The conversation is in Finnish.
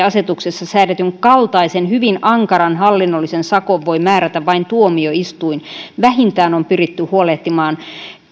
asetuksessa säädetyn kaltaisen hyvin ankaran hallinnollisen sakon voi määrätä vain tuomioistuin vähintään on pyritty huolehtimaan